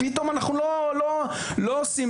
לא מענישים